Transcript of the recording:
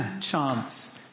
chance